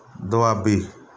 Doabi